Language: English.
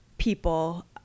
people